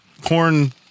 corn